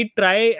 try